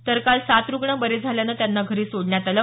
तर काल सात रुग्ण बरे झाल्यानं त्यांना घरी सोडण्यात आलं